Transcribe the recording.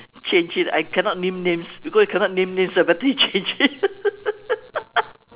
change change I cannot name names because you cannot name names ah better you change it